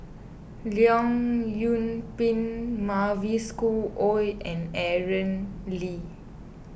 Leong Yoon Pin Mavis Khoo Oei and Aaron Lee